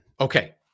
Okay